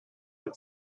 have